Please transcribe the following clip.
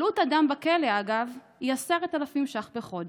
עלות אדם בכלא, אגב, היא 10,000 שקלים בחודש.